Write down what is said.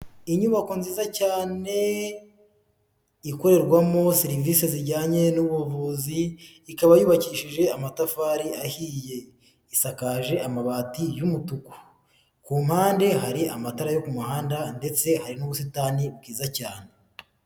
Inyubako nziza cyane ikorerwamo serivisi zijyanye n'ubuvuzi ikaba yubakishije amatafari ahiye, isakaje amabati y'umutuku ku mpande hari amatara yo ku muhanda ndetse hari n'ubusitani bwiza cyane.